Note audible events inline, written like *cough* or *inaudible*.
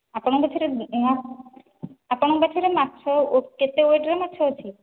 ଆପଣଙ୍କ ପଛରେ *unintelligible* ଆପଣଙ୍କ ପାଖରେ ମାଛ ଓ କେତେ ୱେଟ୍ର ମାଛ ଅଛି